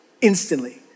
instantly